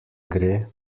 gre